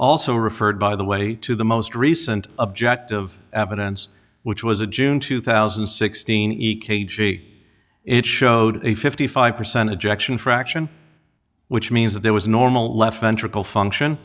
also referred by the way to the most recent objective evidence which was a june two thousand and sixteen e k g it showed a fifty five percent of jackson fraction which means that there was a normal left ventricle function